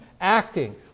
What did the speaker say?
acting